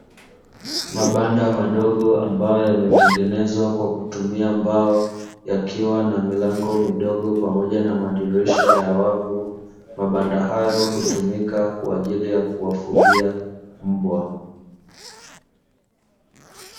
Mabanda madogo ambayo yametengenezwa kwa kutumia mbao, yakiwa na milango midogo pamoja na madirisha ya wavu. Mabanda hayo hutumika kwa ajili ya kufugia mbwa.